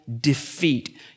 defeat